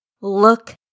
look